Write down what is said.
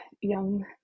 young